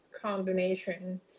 combination